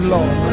Lord